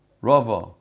rava